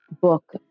book